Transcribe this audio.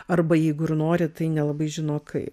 arba jeigu ir nori tai nelabai žino kaip